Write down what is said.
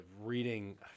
reading –